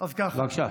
בבקשה.